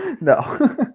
no